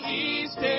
east